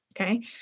Okay